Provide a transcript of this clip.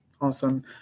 Awesome